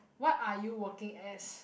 what are you working as